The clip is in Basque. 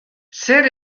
zer